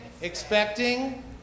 Expecting